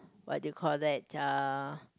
what do you call that err